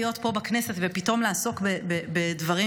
להיות פה בכנסת ופתאום לעסוק בדברים.